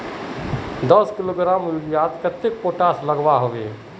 दस किलोग्राम यूरियात कतेरी पोटास लागोहो होबे?